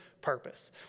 purpose